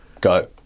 Go